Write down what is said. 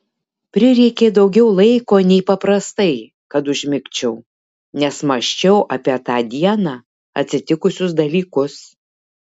prireikė daugiau laiko nei paprastai kad užmigčiau nes mąsčiau apie tą dieną atsitikusius dalykus